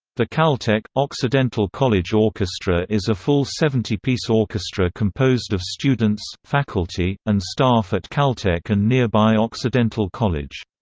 the caltech occidental college orchestra is a full seventy-piece orchestra composed of students, faculty, and staff at caltech and nearby occidental college.